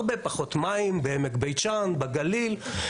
הרבה פחות מים בעמק בית שאן, בגליל.